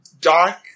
dark